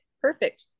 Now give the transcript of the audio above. Perfect